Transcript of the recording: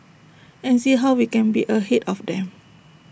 and see how we can be ahead of them